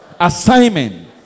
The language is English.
assignment